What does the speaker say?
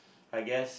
I guess